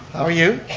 are you?